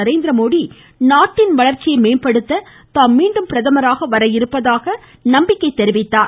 நரேந்திரமோடி நாட்டின் வளர்ச்சியை மேம்படுத்த தாம் மீண்டும் பிரதமராக வர இருப்பதாக நம்பிக்கை தெரிவித்தார்